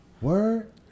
Word